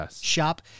shop